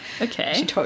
Okay